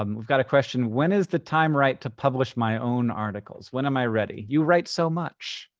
um we've got a question. when is the time right to publish my own articles? when am i ready? you write so much.